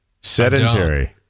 Sedentary